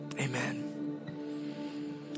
amen